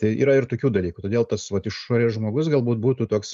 tai yra ir tokių dalykų todėl tas vat išorės žmogus galbūt būtų toks